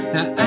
Now